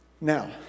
Now